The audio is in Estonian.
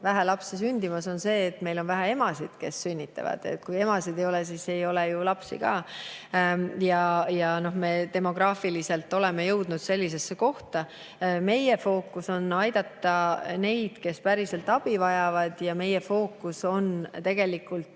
vähe lapsi sünnib, on see, et meil on vähe emasid, kes sünnitavad. Kui emasid ei ole, siis ei ole ju lapsi ka. Me oleme demograafiliselt jõudnud sellisesse kohta. Meie fookus on aidata neid, kes päriselt abi vajavad, ja meie fookus on peredele